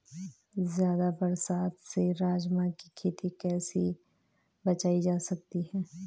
ज़्यादा बरसात से राजमा की खेती कैसी बचायी जा सकती है?